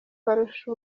barusha